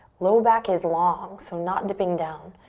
low back is long, so not dipping down.